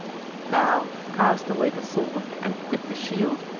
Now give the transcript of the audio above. now cast away the sword, and quit the shield!